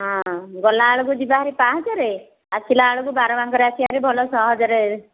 ହଁ ଗଲା ବେଳକୁ ଯିବା ଭାରି ପାହାଚରେ ଆସିଲା ବେଳକୁ ବାରବାଙ୍କରେ ଆସିବା ଭାରି ଭଲ ସହଜରେ